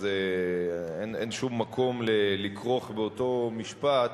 אז אין שום מקום לכרוך באותו משפט,